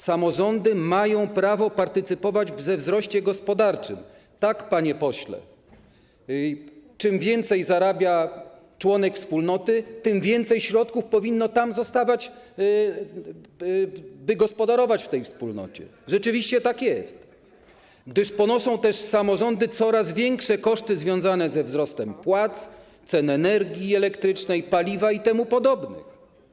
Samorządy mają prawo partycypować we wzroście gospodarczym - tak, panie pośle, im więcej zarabia członek wspólnoty, tym więcej środków powinno tam zostawać, by gospodarować w tej wspólnocie, rzeczywiście tak jest - gdyż ponoszą też coraz większe koszty związane ze wzrostem płac, cen energii elektrycznej, paliwa itp.